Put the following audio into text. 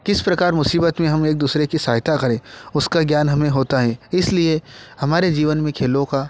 किस प्रकार मुसीबत में हम एक दूसरे की सहायता करें उसका ज्ञान हमें होता है इसलिए हमारे जीवन में खेलों का